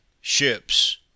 ships